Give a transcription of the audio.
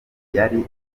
yari